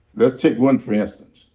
let's take one, for instance.